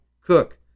Cook